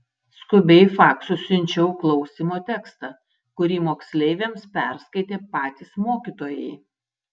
skubiai faksu siunčiau klausymo tekstą kurį moksleiviams perskaitė patys mokytojai